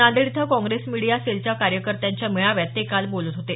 नांदेड इथं काँग्रेस मीडिया सेलच्या कार्यकर्त्यांच्या मेळाव्यात ते काल बोलत होते